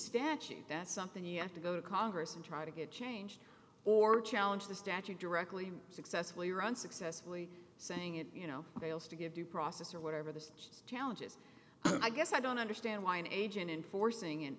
statute that's something you have to go to congress and try to get change or challenge the statute directly successfully or unsuccessfully saying it you know fails to give due process or whatever the challenges i guess i don't understand why an agent enforcing